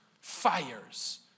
fires